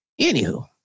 Anywho